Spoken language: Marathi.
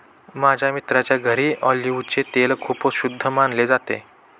माझ्या मित्राच्या घरी ऑलिव्हचे तेल खूप शुद्ध मानले जाते